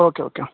okay okay